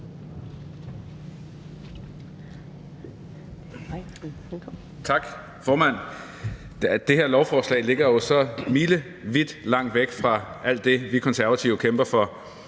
Tak, formand. Det her lovforslag ligger jo milevidt fra alt det, vi Konservative kæmper for,